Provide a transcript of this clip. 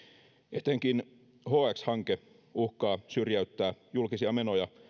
etenkin hx hanke uhkaa syrjäyttää julkisia menoja